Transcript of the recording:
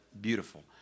beautiful